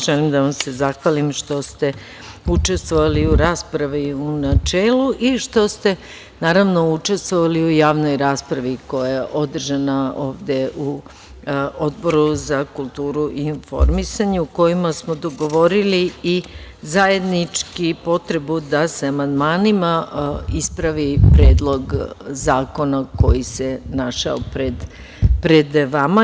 Želim da vam se zahvalim što ste učestvovali u raspravi u načelu i što ste učestvovali u javnoj raspravi koja je održana ovde na Odboru za kulturu i informisanje i na kojoj smo dogovorili zajedničku potrebu da se amandmanima ispravi Predlog zakona koji se našao pred vama.